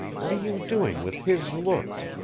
what are you doing with his looks,